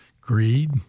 Greed